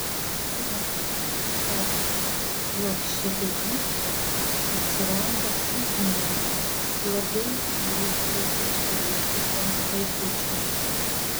žinome kad plokščiapėdystė atsiranda silpniems blogai fiziškai išsivysčiusiems vaikučiams